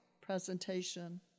presentation